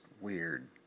weird